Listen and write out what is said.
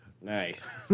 Nice